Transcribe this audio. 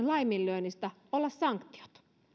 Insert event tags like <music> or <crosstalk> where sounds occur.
<unintelligible> laiminlyönnistä olla sanktiot